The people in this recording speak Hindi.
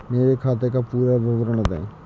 मेरे खाते का पुरा विवरण दे?